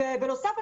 בנוסף,